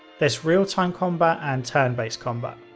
there's real time combat and turn-based combat.